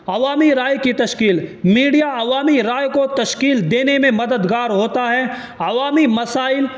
عوامی رائے کی تشکیل میڈیا عوامی رائے کو تشکیل دینے میں مددگار ہوتا ہے عوامی مسائل